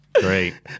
Great